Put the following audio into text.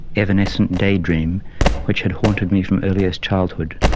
evanescent daydream which had haunted me from earliest childhood,